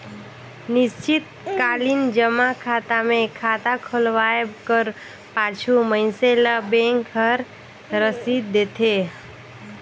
निस्चित कालीन जमा खाता मे खाता खोलवाए कर पाछू मइनसे ल बेंक हर रसीद देथे